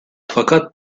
fakat